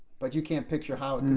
but you can't picture how. and and